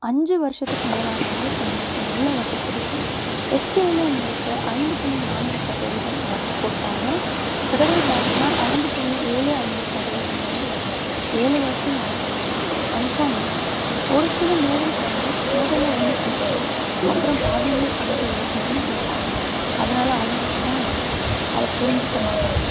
அஞ்சு வருஷத்துக்கு மேலானாலே உங்களுக்கு நல்ல வட்டி கிடைக்கும் எஸ்பிஐயில் உங்களுக்கு ஐந்து புள்ளி நான்கு சதவீதம் வட்டி கொடுப்பாங்க ஃபெடரல் பேங்க்குனா ஐந்து புள்ளி ஏழு ஐந்து சதவீதம் வரை வரும் ஏழு வருஷம் தானேங்க கன்ஃபார்மா ஒரு சில நேரம் க்ளைண்ட்ஸ் முதல்ல ஒன்று சொல்லிவிட்டு அப்புறம் பாதியிலையே பணத்தை எடுக்கணும்னு கேட்பாங்க அதனால் அவங்களுக்கு தான் லாஸ் அதை புரிஞ்சுக்க மாட்டாங்க